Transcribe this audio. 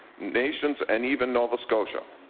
nations and even nova scotia.